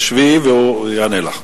שבי, והוא יענה לך.